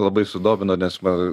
labai sudomino nes va